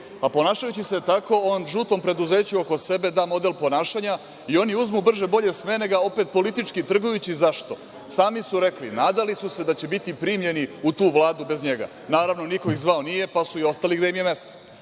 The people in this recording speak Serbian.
uspelo. Ponašajući se tako on žutom preduzeću oko sebe da model ponašanja i oni uzmu brže bolje smene ga opet politički trgujući. Zašto? Sami su rekli, nadali su se da će biti primljeni u tu Vladu bez njega. Naravno, niko ih zvao nije, pa su ostali gde im je mesto,